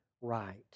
right